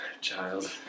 child